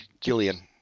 Gillian